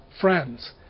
friends